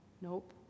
Nope